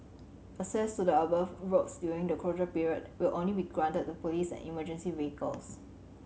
access to the above roads during the closure period will only be granted to police and emergency vehicles